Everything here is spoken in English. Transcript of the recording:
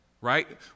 Right